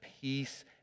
peace